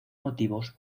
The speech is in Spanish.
motivos